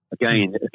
Again